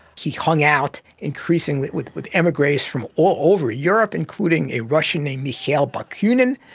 he hung out increasingly with with emigres from all over europe, including a russian named mikhail bakunin,